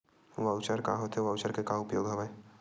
Voucher का होथे voucher के का उपयोग हवय?